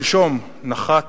שלשום נחת